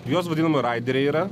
jos vadinama raideriai yra